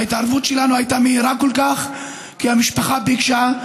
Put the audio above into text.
ההתערבות שלנו הייתה מהירה כל כך כי המשפחה ביקשה.